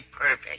perfect